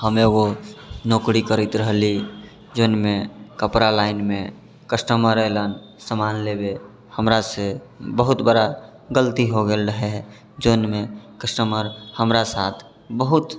हम एगो नौकरी करैत रहली जौनमे कपड़ा लाइनमे कस्टमर अएलन सामान लेबै हमरासँ बहुत बड़ा गलती हो गेल रहै जौनमे कस्टमर हमरा साथ बहुत